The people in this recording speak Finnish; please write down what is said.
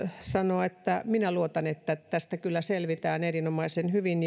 sanoa että minä luotan että tästä kyllä selvitään erinomaisen hyvin